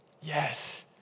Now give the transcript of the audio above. yes